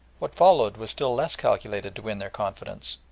what followed was still less calculated to win their confidence,